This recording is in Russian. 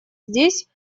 здесь